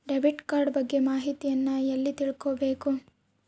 Debit card ಬಗ್ಗೆ ಮಾಹಿತಿಯನ್ನ ಎಲ್ಲಿ ತಿಳ್ಕೊಬೇಕು?